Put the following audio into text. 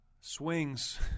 swings